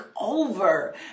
over